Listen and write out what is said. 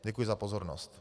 Děkuji za pozornost.